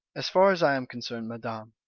as far as i am concerned, madam,